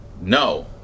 no